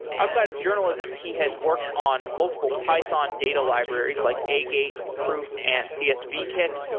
outside of journalism, he has worked on multiple python data libraries like agate, proof, and csvkit.